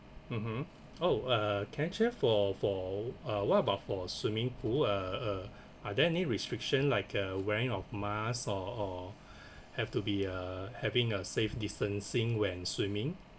mmhmm oh uh can I check for for uh what about for swimming pool uh uh are there any restriction like uh wearing of mask or or have to be uh having a safe distancing when swimming